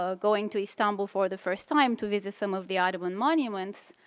ah going to istanbul for the first time to visit some of the ottoman monuments,